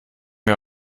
wir